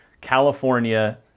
California